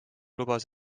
lubas